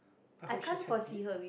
I hope she's happy